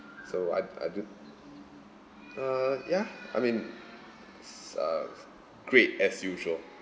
so I I do uh ya I mean s~ uh great as usual